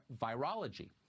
Virology